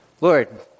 Lord